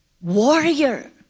warrior